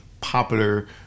popular